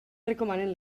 recomanen